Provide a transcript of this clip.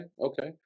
Okay